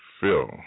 Phil